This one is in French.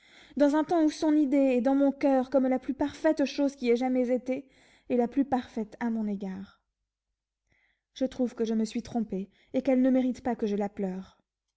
dans un temps où son idée est dans mon coeur comme la plus parfaite chose qui ait jamais été et la plus parfaite à mon égard je trouve que je suis trompé et qu'elle ne mérite pas que je la pleure